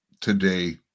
today